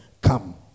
come